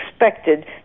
expected